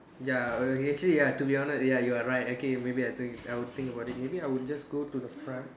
ya okay actually ya to be honest ya you are right okay maybe I think I will think about it maybe I would just go to the front